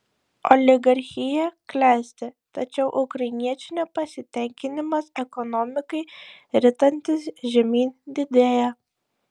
oligarchija klesti tačiau ukrainiečių nepasitenkinimas ekonomikai ritantis žemyn didėja